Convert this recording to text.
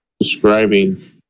describing